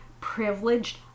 privileged